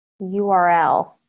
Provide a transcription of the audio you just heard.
URL